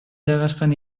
жайгашкан